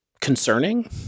concerning